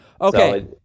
Okay